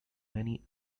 many